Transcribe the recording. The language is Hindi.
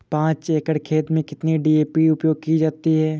पाँच एकड़ खेत में कितनी डी.ए.पी उपयोग की जाती है?